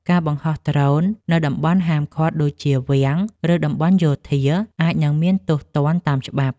ការបង្ហោះដ្រូននៅតំបន់ហាមឃាត់ដូចជា វាំង ឬតំបន់យោធា អាចនឹងមានទោសទណ្ឌតាមច្បាប់។